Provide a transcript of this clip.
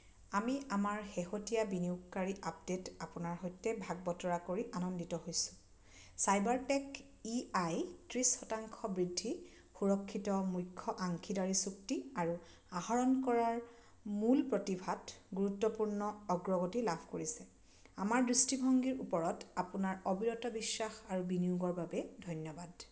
আমি আমাৰ শেহতীয়া বিনিয়োগকাৰী আপডেট আপোনাৰ সৈতে ভাগ বতৰা কৰি আনন্দিত হৈছোঁ চাইবাৰটেক ই আয় ত্ৰিছ শতাংশ বৃদ্ধি সুৰক্ষিত মুখ্য আংশীদাৰী চুক্তি আৰু আহৰণ কৰাৰ মূল প্ৰতিভাত গুৰুত্বপূৰ্ণ অগ্ৰগতি লাভ কৰিছে আমাৰ দৃষ্টিভংগীৰ ওপৰত আপোনাৰ অবিৰত বিশ্বাস আৰু বিনিয়োগৰ বাবে ধন্যবাদ